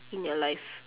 in your life